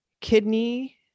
kidney